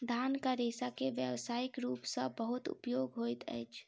धानक रेशा के व्यावसायिक रूप सॅ बहुत उपयोग होइत अछि